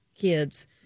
kids